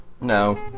No